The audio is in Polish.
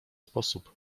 sposób